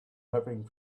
hurrying